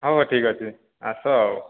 ହଁ ଠିକ୍ଅଛି ଆସ ଆଉ